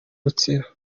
rutsiro